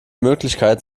möglichkeit